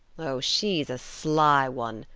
oh, she's a sly one,